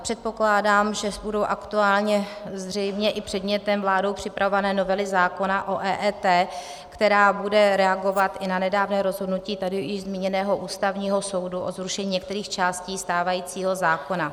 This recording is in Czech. Předpokládám, že budou aktuálně zřejmě i předmětem vládou připravované novely zákona o EET, která bude reagovat i na nedávné rozhodnutí tady již zmíněného Ústavního soudu o zrušení některých částí stávajícího zákona.